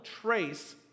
trace